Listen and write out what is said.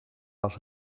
was